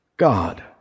God